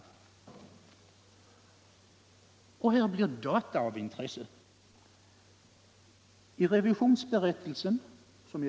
I det sammanhanget blir data av intresse. I revisionsberättelsen.